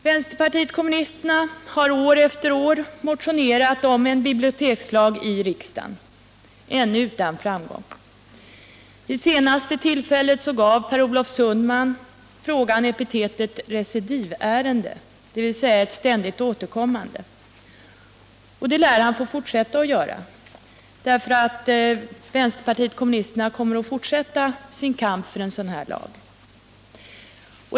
Vänsterpartiet kommunisterna har år efter år i riksdagen motionerat om en bibliotekslag — ännu utan framgång. Vid senaste tillfället gav Per Olof Sundman frågan epitetet recidivärende, dvs. ett ständigt återkommande ärende, och det lär han få fortsätta att göra. Vpk kommer nämligen att fortsätta sin kamp för en sådan lag.